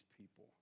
people